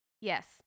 Yes